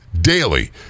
daily